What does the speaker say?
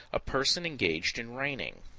a person engaged in reigning.